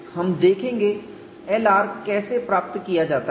हम देखेंगे Lr कैसे प्राप्त किया जाता है